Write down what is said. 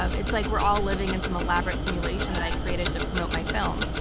um it's like we're all living in some elaborate simulation that i created to promote my film.